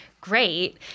great